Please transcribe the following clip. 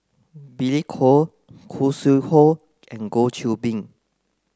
Billy Koh Khoo Sui Hoe and Goh Qiu Bin